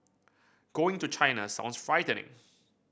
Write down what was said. going to China sounds frightening